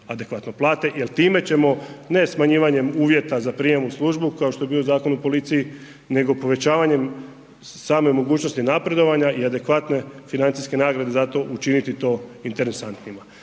adekvatno plate jer time ćemo ne smanjivanjem uvjeta za prijem službu kao što je bio Zakon o policiji nego povećavanjem same mogućnosti napredovanja i adekvatne financijske nagrade zato učiniti to interesantnijima